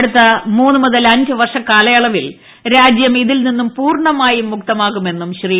അടുത്ത മൂന്ന് മുതൽ അഞ്ച് വർഷ കാലയളവിൽ രാജ്യം ഇതിൽ നിന്നും പൂർണ്ണമായും മുക്തമാകുമെന്നും ശ്രീ